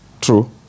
True